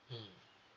mmhmm